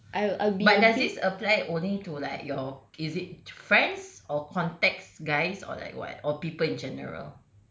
but does this apply only to like your is it friends or contacts guys or like what or people in general